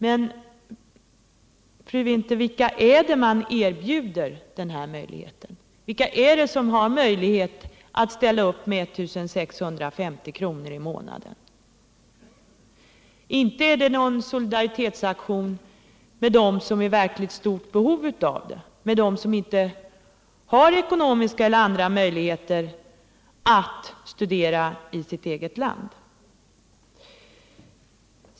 Men, fru Winther, vilka är det man erbjuder den här möjligheten? Vilka är det som har möjlighet att ställa upp med 1650 kr. i månaden? Inte är detta någon solidaritetsaktion för dem som verkligen är i behov av vårt stöd, för dem som inte har ekonomiska eller andra möjligheter att studera i sitt eget land.